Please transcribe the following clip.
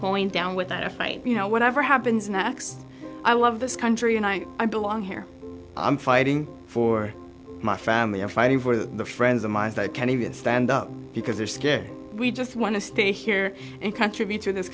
going down without a fight you know whatever happens next i love this country and i don't belong here i'm fighting for my family or fighting for the friends of mine that can't even stand up because they're scared we just want to stay here and contribute to this